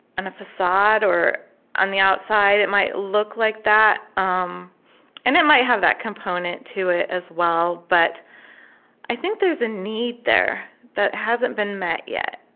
and facade or on the outside, it might look like that, um and it might have that component to it as well, but i think there's a need there that hasn't been met yet.